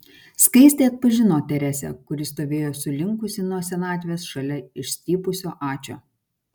skaistė atpažino teresę kuri stovėjo sulinkusi nuo senatvės šalia išstypusio ačio